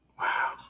Wow